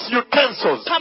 utensils